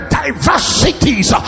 diversities